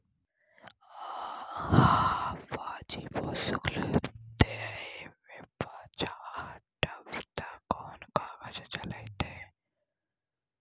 अहाँ वाजिबो शुल्क दै मे पाँछा हटब त कोना काज चलतै